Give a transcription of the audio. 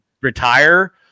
retire